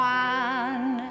one